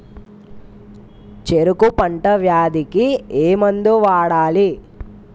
చెరుకు పంట వ్యాధి కి ఏ మందు వాడాలి?